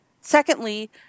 Secondly